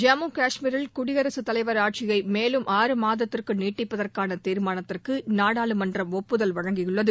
ஜம்மு காஷ்மீரில் குடியரசுத் தலைவர் ஆட்சியை மேலும் ஆறு மாதத்திற்கு நீட்டிப்பதற்கான தீர்மானத்திற்கு நாடாளுமன்றம் ஒப்புதல் வழங்கப்பட்டுள்ளது